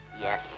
Yes